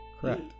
Correct